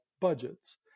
budgets